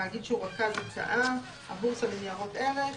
תאגיד שהוא רכז הצעה ; הבורסה לניירות ערך,